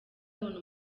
babona